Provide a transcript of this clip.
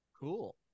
Cool